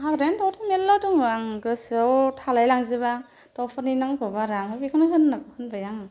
हाग्रानि दावथ' मेल्ला दङ आं गोसोआव थालाय लांजोबा दावफोरनि नामखौ बारा बेखौनो होनदों होनबाय आङो